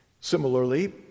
Similarly